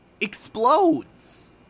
explodes